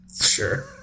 Sure